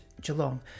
Geelong